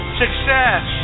success